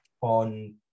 on